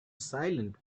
silent